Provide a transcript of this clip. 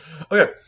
Okay